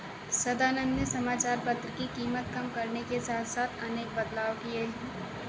सदानंद ने समाचार पत्र की कीमत कम करने के साथ साथ अनेक बदलाव किए हैं